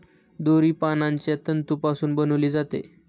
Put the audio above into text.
दोरी पानांच्या तंतूपासून बनविली जाते